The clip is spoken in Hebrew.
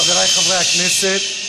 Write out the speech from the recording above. חבריי חברי הכנסת,